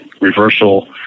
reversal